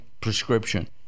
prescription